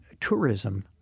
Tourism